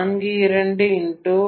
42x105 2